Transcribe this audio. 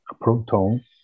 proton